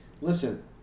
listen